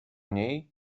niej